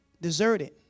deserted